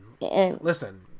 Listen